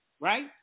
right